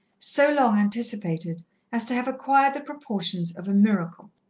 so long anticipated as to have acquired the proportions of a miracle.